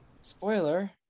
Spoiler